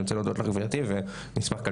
אני רוצה להודות לך גברתי ואני אשמח כאן